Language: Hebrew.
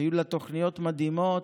היו לה תוכניות מדהימות,